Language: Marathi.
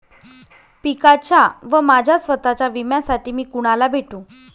पिकाच्या व माझ्या स्वत:च्या विम्यासाठी मी कुणाला भेटू?